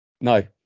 No